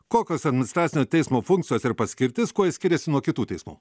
kokios administracinio teismo funkcijos ir paskirtis kuo jis skiriasi nuo kitų teismų